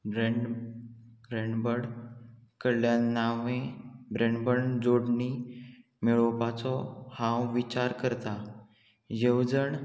bran ब्रॅनबर्ड कडल्यान नांवें ब्रेंडबड जोडणी मेळोवपाचो हांव विचार करता येवजण